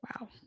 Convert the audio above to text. Wow